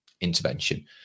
intervention